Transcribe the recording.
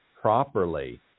properly